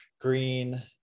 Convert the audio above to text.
green